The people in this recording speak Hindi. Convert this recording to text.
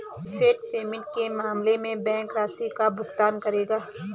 डैफर्ड पेमेंट के मामले में बैंक राशि का भुगतान करेगा